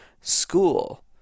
school